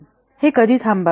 ते कधी थांबवावे